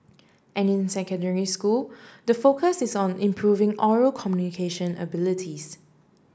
and in secondary school the focus is on improving oral communication abilities